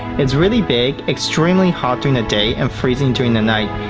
its really big, extremely hot during the day and freezing during the night.